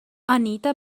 anita